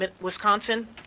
Wisconsin